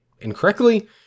incorrectly